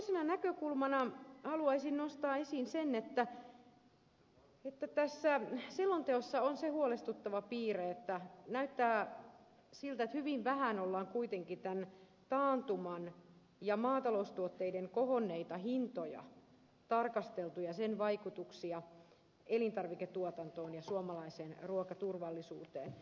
toisena näkökulmana haluaisin nostaa esiin sen että tässä selonteossa on se huolestuttava piirre että näyttää siltä että hyvin vähän on kuitenkin tämän taantuman ja maataloustuotteiden kohonneita hintoja tarkasteltu ja sen vaikutuksia elintarviketuotantoon ja suomalaiseen ruokaturvallisuuteen